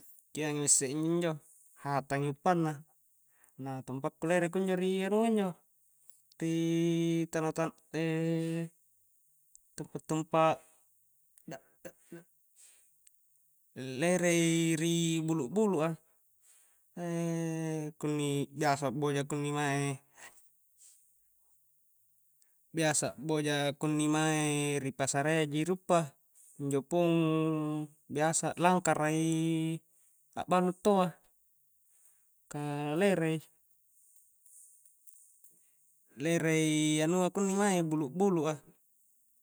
mi isse inj-njo hatangi uppanna, na tampa'ku lere kunjo ri anua injo ri tana-tana tempa-tempa lerei ri bulu'-bulu'a kunni biasa a'boja kunni mae-biasa a'boja kunni mae ri pasarayya ji ri uppa, injo pung biasa langkara i a'balu taua ka lerei lerei anua kunni mae bulu'bulu'a.